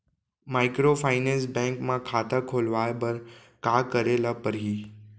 Microfinance bank म खाता खोलवाय बर का करे ल परही?